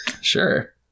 sure